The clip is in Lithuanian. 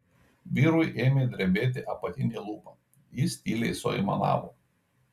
vyrui ėmė drebėti apatinė lūpa jis tyliai suaimanavo